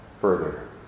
further